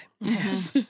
Yes